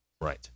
Right